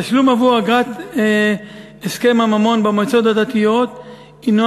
התשלום עבור אגרת הסכם הממון במועצות הדתיות הנו